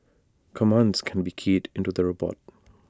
commands can be keyed into the robot